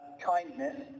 kindness